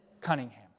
Cunningham